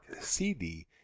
CD